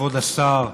כבוד השר,